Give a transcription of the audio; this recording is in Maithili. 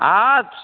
हँ